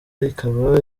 ikaba